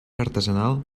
artesanal